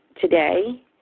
today